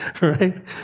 right